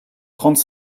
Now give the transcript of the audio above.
trente